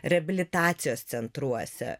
reabilitacijos centruose